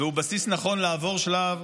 והוא בסיס נכון לעבור שלב,